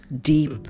deep